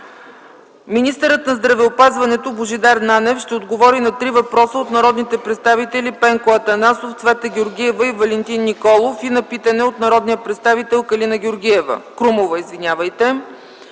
Министърът на здравеопазването Божидар Нанев ще отговори на три въпроса от народните представители Пенко Атанасов, Цвета Георгиева и Валентин Николов и на питане от народния представител Калина Крумова. Министърът